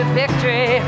victory